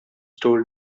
told